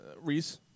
Reese